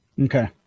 Okay